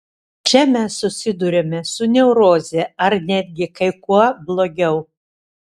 čia mes susiduriame su neuroze ar netgi kai kuo blogiau